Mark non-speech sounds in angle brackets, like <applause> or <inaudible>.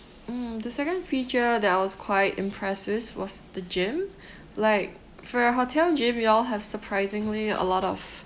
mm the second feature that I was quite impressed with was the gym <breath> like for a hotel gym you all have surprisingly a lot of